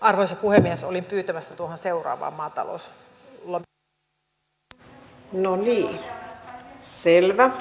arvoisa puhemies oli pyytämässä tuho missä tapahtuu